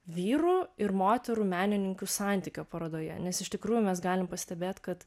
vyrų ir moterų menininkių santykio parodoje nes iš tikrųjų mes galim pastebėt kad